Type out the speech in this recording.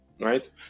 right